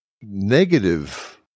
negative